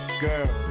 girl